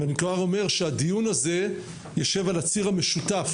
אני כבר אומר שהדיון הזה יושב על הציר המשותף,